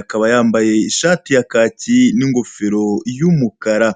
akaba yambaye ishati ya kacyi n'ingofero y'umukara.